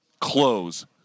close